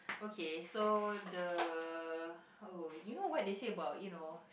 okay so the oh you know what they say about you know